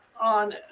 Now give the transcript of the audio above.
on